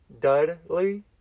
Dudley